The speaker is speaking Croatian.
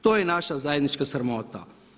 To je naša zajednička sramota.